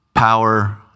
power